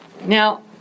Now